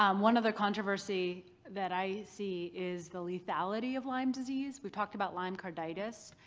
um one other controversy that i see is the lethality of lyme disease. we talked about lyme carditis,